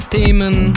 Demon